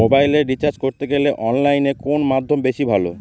মোবাইলের রিচার্জ করতে গেলে অনলাইনে কোন মাধ্যম বেশি ভালো?